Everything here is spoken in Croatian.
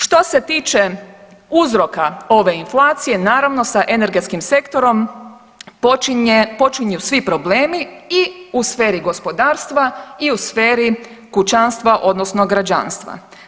Što se tiče uzroka ove inflacije naravno sa energetskim sektorom počinje, počinju svi problemi i u sferi gospodarstva i u sferi kućanstva odnosno građanstva.